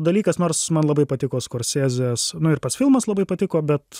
dalykas nors man labai patiko skorsėzes nu ir pats filmas labai patiko bet